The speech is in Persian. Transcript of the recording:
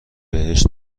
بهشت